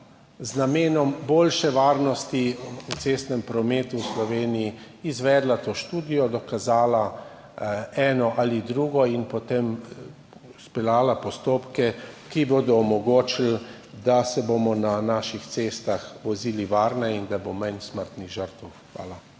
z namenom boljše varnosti v cestnem prometu v Sloveniji izvedla to študijo, dokazala eno ali drugo in potem izpeljala postopke, ki bodo omogočili, da se bomo na naših cestah vozili varneje in da bo manj smrtnih žrtev. Hvala.